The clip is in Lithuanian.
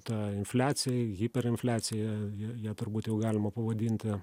ta infliacija hiperinfliacija ją ją ją turbūt jau galima pavadinti